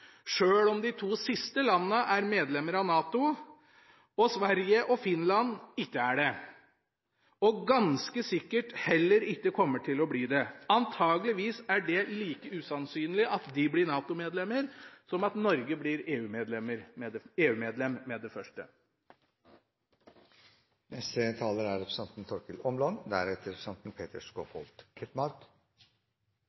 sjøl om de to siste landene er medlemmer av NATO og Sverige og Finland ikke er det – og ganske sikkert heller ikke kommer til å bli det. Antakeligvis er det like usannsynlig at de blir NATO-medlemmer, som at Norge blir EU-medlem med det